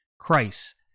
Christ